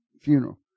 funeral